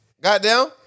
Goddamn